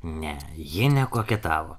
ne ji nekoketavo